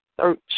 search